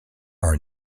are